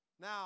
Now